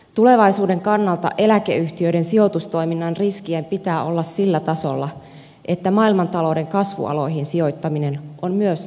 tulevaisuuden kannalta eläkeyhtiöiden sijoitustoiminnan riskien pitää olla sillä tasolla että maailmantalouden kasvualoihin sijoittaminen on myös aina mahdollista